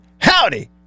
howdy